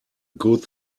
good